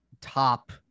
top